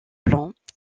blanc